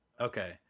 Okay